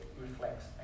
reflects